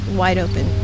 wide-open